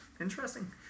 Interesting